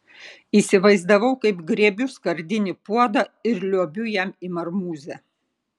įsivaizdavau kaip griebiu skardinį puodą ir liuobiu jam į marmūzę